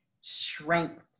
strength